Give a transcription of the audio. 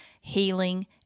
healing